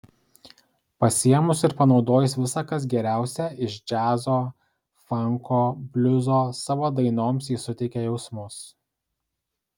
pasiėmus ir panaudojus visa kas geriausia iš džiazo fanko bliuzo savo dainoms ji suteikia jausmus